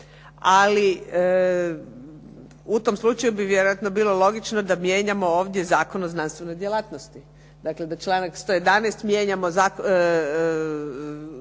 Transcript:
Ali u tom slučaju bi vjerojatno bilo logično da mijenjamo ovdje Zakon o znanstvenoj djelatnosti, dakle, da članak 111. jednog zakona